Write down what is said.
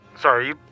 Sorry